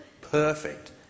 perfect